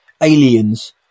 aliens